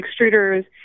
extruders